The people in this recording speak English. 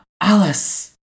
Alice